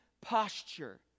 posture